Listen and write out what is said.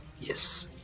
Yes